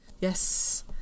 Yes